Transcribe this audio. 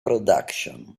productions